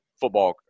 football